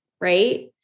right